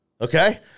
Okay